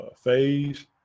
phase